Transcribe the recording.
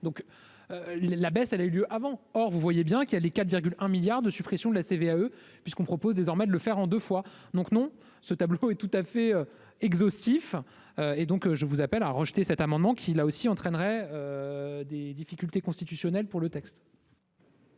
donc la baisse, elle a eu lieu avant, or vous voyez bien qu'il y a les quatre, un milliard de suppression de la CVAE puisqu'on propose désormais de le faire en deux fois donc non ce tableau et tout à fait exhaustifs et donc je vous appelle à rejeter cet amendement qui, là aussi, entraînerait des difficultés constitutionnelles pour le texte.